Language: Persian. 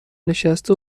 نشسته